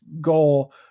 goal